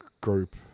group